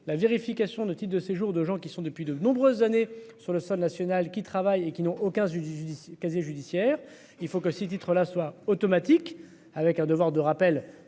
la vérification de titre de séjour, de gens qui sont depuis de nombreuses années sur le sol national qui travaillent et qui n'ont au 15 du casier judiciaire. Il faut que ces titres-là soit automatique avec un devoir de rappel